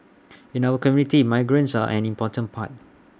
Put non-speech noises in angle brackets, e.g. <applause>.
<noise> in our community migrants are an important part